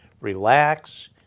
relax